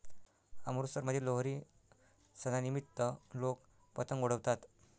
अमृतसरमध्ये लोहरी सणानिमित्त लोक पतंग उडवतात